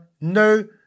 no